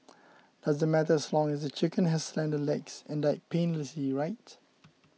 doesn't matter as long as the chicken has slender legs and died painlessly right